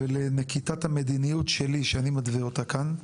ולנקיטת המדינות שלי שאני מתווה אותה כאן,